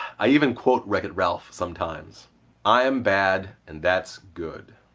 i even quote wreck-it ralph sometimes i'm bad and that's good.